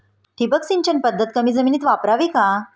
ठिबक सिंचन पद्धत कमी जमिनीत वापरावी का?